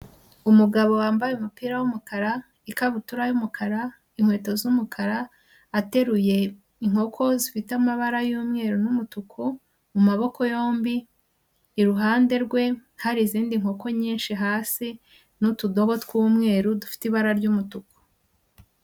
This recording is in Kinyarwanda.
Umugabo wambaye umupira w'umukara, ikabutura y'umukara, inkweto z'umukara, ateruye inkoko zifite amabara y'umweru n'umutuku mu maboko yombi, iruhande rwe hari izindi nkoko nyinshi hasi n'utudobo tw'umweru dufite ibara ry'umutuku.